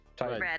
red